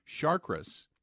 chakras